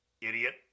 idiot